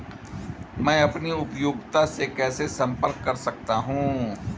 मैं अपनी उपयोगिता से कैसे संपर्क कर सकता हूँ?